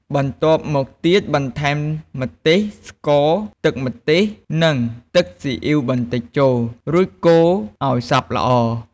បន្ទាប់មកទៀតបន្ថែម ម្ទេស ស្ករ ទឹកម្ទេស និង ទឹកស៊ីអ៉ីវបន្តិចចូល រួចកូរឱ្យសព្វល្អ។